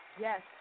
Yes